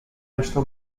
resta